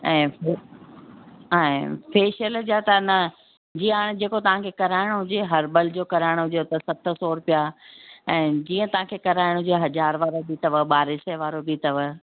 ऐं पोइ ऐं फेशियल जा त न जीअं हाणे जेको तव्हांखे कराइणो हुजे हर्बल जो कराइणो हुजे त सत सौ रुपिया ऐं जीअं तव्हांखे कराइणो हुजे हज़ार वारा बि अथव ॿारहें सै वारो बि अथव